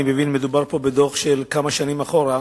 אני מבין שמדובר פה בדוח של כמה שנים אחורה.